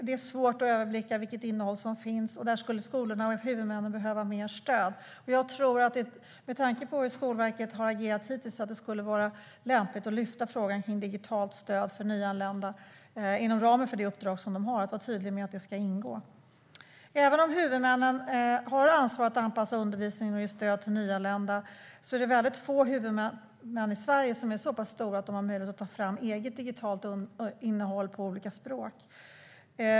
Det är svårt att överblicka vilket innehåll som finns, och där skulle skolor och huvudmän behöva mer stöd. Med tanke på hur Skolverket har agerat hittills tror jag att det skulle vara lämpligt att lyfta fram frågan om digitalt stöd för nyanlända inom ramen för det uppdrag man har. Man ska vara tydlig med att det ska ingå. Även om huvudmännen har ansvar för att anpassa undervisning och ge stöd till nyanlända är det väldigt få huvudmän i Sverige som är så pass stora att de har möjlighet att ta fram eget digitalt innehåll på olika språk.